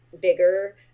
bigger